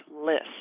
list